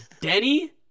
Denny